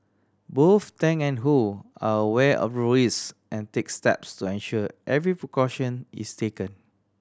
both Tang and Ho are aware of the risk and take steps to ensure every precaution is taken